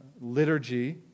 liturgy